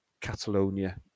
Catalonia